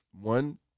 one